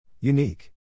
Unique